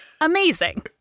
Amazing